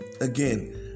again